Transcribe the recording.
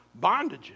bondages